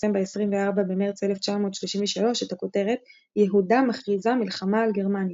פרסם ב-24 במרץ 1933 את הכותרת "יהודה מכריזה מלחמה על גרמניה".